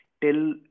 till